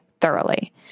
thoroughly